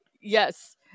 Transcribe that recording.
Yes